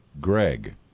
Greg